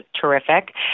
terrific